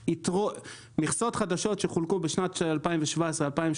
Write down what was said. מכסות חדשות שחולקו בשנים 2018-207